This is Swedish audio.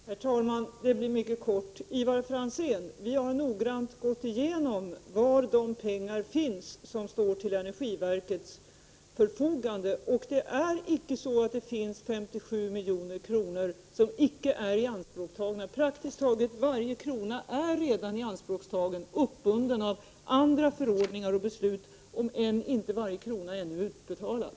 Herr talman! Till Ivar Franzén: Vi har noggrant gått igenom var de pengar finns som står till energiverkets förfogande, och det är icke så att det finns 57 milj.kr. som icke är ianspråktagna. Praktiskt taget varje krona är redan ianspråktagen och uppbunden genom olika förordningar och beslut, även om inte varje krona ännu är utbetalad.